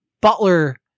Butler